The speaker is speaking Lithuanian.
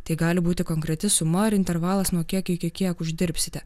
tai gali būti konkreti suma ar intervalas nuo kiek iki kiek uždirbsite